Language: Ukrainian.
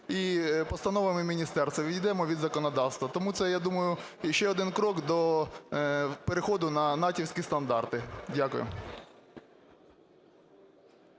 і постановами міністерства, відійдемо від законодавства. Тому це, я думаю, ще один крок до переходу на натівські стандарти. Дякую.